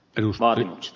puhemies